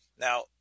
Now